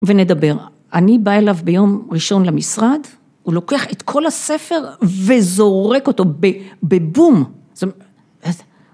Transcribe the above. ונדבר, אני בא אליו ביום ראשון למשרד, הוא לוקח את כל הספר וזורק אותו בבום, זאתומ...